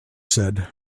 said